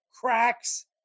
cracks